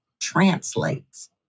translates